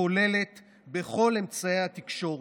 וכוללת בכל אמצעי התקשורת,